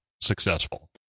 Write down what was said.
Successful